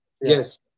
Yes